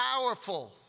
powerful